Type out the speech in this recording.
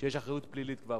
כשיש אחריות פלילית כבר.